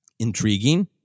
intriguing